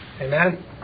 Amen